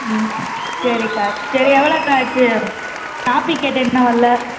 ம் சரிக்கா சரி எவ்வளோக்கா ஆச்சு காப்பி கேட்டேன் இன்னும் வரல